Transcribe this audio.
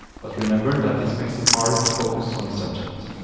but remember that it makes it hard to focus on the subject.